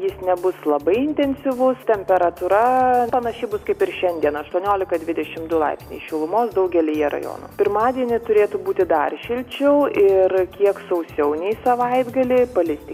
jis nebus labai intensyvus temperatūra panaši bus kaip ir šiandien aštuoniolika dvidešim du laipsniai šilumos daugelyje rajonų pirmadienį turėtų būti dar šilčiau ir kiek sausiau nei savaitgalį palis tik